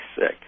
sick